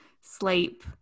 sleep